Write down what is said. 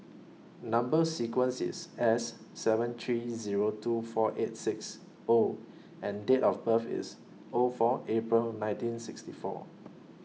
Number sequence IS S seven three Zero two four eight six O and Date of birth IS O four April nineteen sixty four